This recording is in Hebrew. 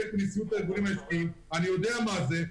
מהארגונים העסקיים ואני יודע מה זה.